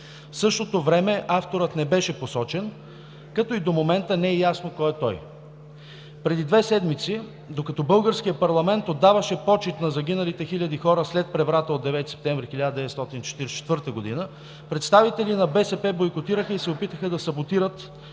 В същото време авторът не беше посочен, като и до момента не е ясно кой е той. Преди две седмици, докато българският парламент отдаваше почит на загиналите хиляди хора след преврата от 9 септември 1944 г., представители на БСП бойкотираха и се опитаха да саботират